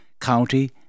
county